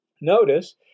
Notice